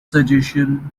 suggestion